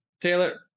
Taylor